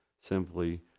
simply